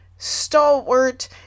stalwart